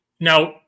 Now